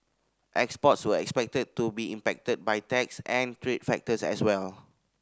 exports were expected to be impacted by tax and trade factors as well